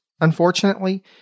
unfortunately